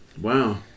wow